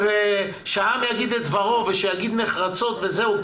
שהעם יגיד את דברו, ושיגיד נחרצות וזהו.